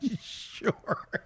Sure